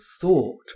thought